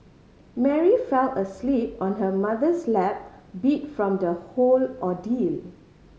Mary fell asleep on her mother's lap beat from the whole ordeal